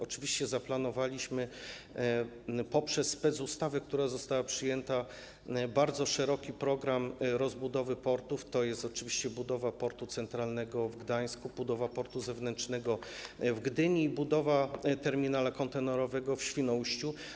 Oczywiście zaplanowaliśmy poprzez specustawę, która została przyjęta, bardzo szeroki program rozbudowy portów: to jest oczywiście budowa Portu Centralnego w Gdańsku, budowa portu zewnętrznego w Gdyni i budowa terminala kontenerowego w Świnoujściu.